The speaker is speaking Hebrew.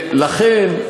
ולכן,